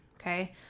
okay